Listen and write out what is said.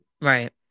Right